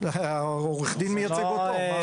עורך הדין מייצג אותו.